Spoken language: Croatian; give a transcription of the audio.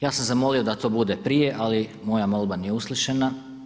Ja sam zamolio da to bude prije, ali moja molba nije uslišena.